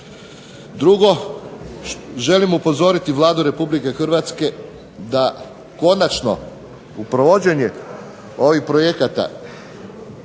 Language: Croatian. Drugo, želim upozoriti Vladu Republike Hrvatske da konačno u provođenje ovih projekata,